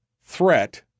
threat